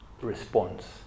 response